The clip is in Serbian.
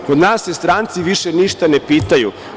Kod nas se stranci više ništa ne pitaju.